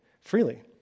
freely